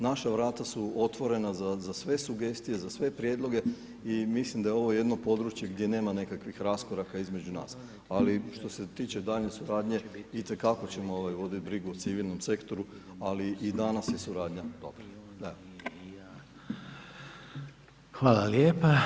Naš vrata su otvorena za sve sugestije, za sve prijedloge i mislim da je ovo jedno područje gdje nema nekakvih raskoraka između nas ali što se tiče daljnje suradnje, itekako ćemo voditi brigu o civilnom sektoru ali i danas je suradnja dobra.